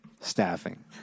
staffing